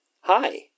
Hi